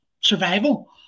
survival